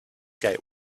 gate